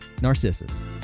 narcissus